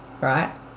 right